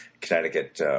Connecticut